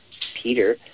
Peter